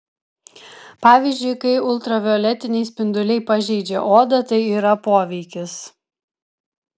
pavyzdžiui kai ultravioletiniai spinduliai pažeidžia odą tai yra poveikis